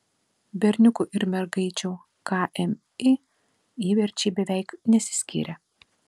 berniukų ir mergaičių kmi įverčiai beveik nesiskyrė